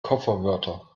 kofferwörter